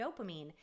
dopamine